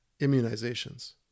immunizations